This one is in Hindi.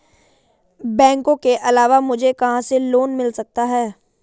बैंकों के अलावा मुझे कहां से लोंन मिल सकता है?